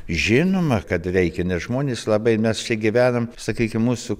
žinoma kad reikia nes žmonės labai mes čia gyvenam sakykim mūsų